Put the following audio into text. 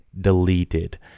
deleted